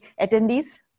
attendees